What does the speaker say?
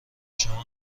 شما